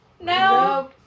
No